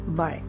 Bye